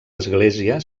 església